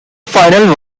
final